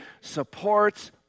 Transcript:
supports